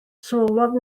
sylwodd